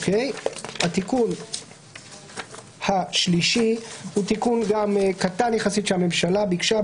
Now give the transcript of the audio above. התיקון השלישי הוא תיקון גם קטן יחסית שהממשלה ביקשה,